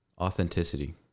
Authenticity